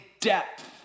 depth